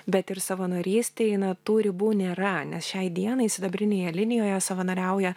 bet ir savanorystėj na tų ribų nėra nes šiai dienai sidabrinėje linijoje savanoriauja